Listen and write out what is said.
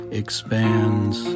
expands